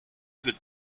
più